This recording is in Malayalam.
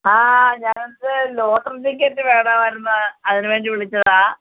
ആ ഞങ്ങൾക്ക് ലോട്ടറി ടിക്കറ്റ് വേണമായിരുന്നു അതിന് വേണ്ടി വിളിച്ചതാ